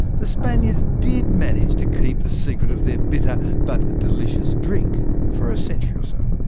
the spaniards did manage to keep the secret of their bitter but delicous drink for a century. so